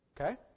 Okay